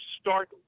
start